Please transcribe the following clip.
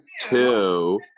two